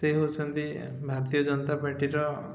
ସେ ହଉଛନ୍ତି ଭାରତୀୟ ଜନତା ପାର୍ଟିର